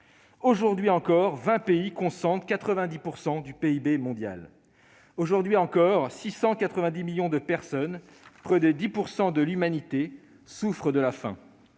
Aujourd'hui encore, quelque vingt pays concentrent 90 % du PIB mondial. Aujourd'hui encore, 690 millions de personnes, soit près de 10 % de l'humanité, souffrent de la faim.